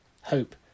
hope